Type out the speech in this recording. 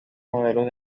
modelos